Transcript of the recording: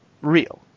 real